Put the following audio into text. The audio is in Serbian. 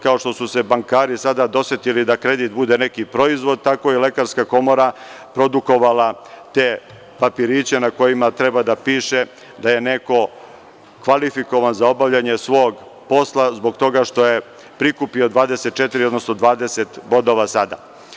Kao što su se bankari sada dosetili da kredit bude neki proizvod, tako je i Lekarska komora produkovala te papiriće na kojima treba da piše da je neko kvalifikovan za obavljanje svog posla zbog toga što je prikupio 24, odnosno 20 bodova sada.